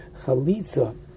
Chalitza